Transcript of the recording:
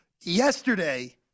yesterday